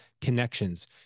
connections